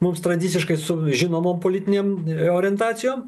mums tradiciškai su žinomom politinėm orientacijom